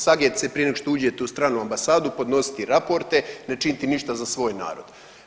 Saget se prije nego što uđete u stranu ambasadu, podnositi raporte, ne činiti ništa za svoj narod.